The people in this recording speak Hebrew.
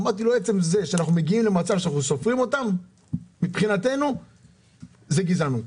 אמרתי לו שעצם זה שאנחנו מגיעים למצב שאנחנו סופרים אותם זו גזענות.